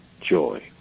joy